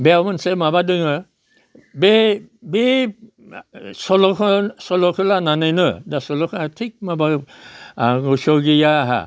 बेयाव मोनसे माबा दोङो बे बै सल'होन सल'खौ लानानैनो दा सल'खौ थिग माबा गोसोआव गैया आहा